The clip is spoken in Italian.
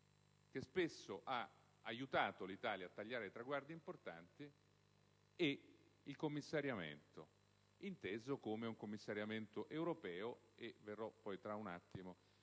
che spesso ha aiutato l'Italia a tagliare traguardi importanti, e il commissariamento, inteso come commissariamento europeo. Verrò tra un attimo